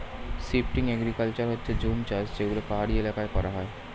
shifting agriculture হচ্ছে জুম চাষ যেগুলো পাহাড়ি এলাকায় করা হয়